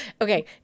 okay